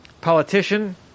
politician